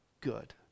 good